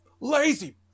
lazy